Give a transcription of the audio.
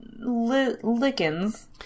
lickens